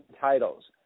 titles